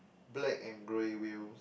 black and grey wheels